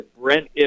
Brent